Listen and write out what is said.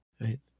right